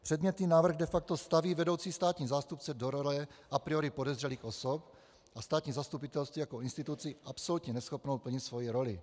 Předmětný návrh de facto staví vedoucí státní zástupce do role a priori podezřelých osob a státní zastupitelství jako instituci absolutně neschopnou plnit svoji roli.